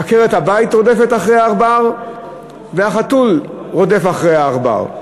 עקרת-הבית רודפת אחרי העכבר והחתול רודף אחרי העכבר,